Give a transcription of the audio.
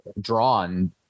drawn